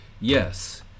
Yes